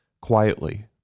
quietly